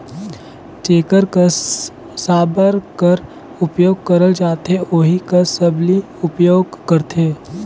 जेकर कस साबर कर उपियोग करल जाथे ओही कस सबली उपियोग करथे